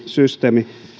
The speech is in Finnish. systeemistä